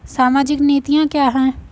सामाजिक नीतियाँ क्या हैं?